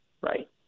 right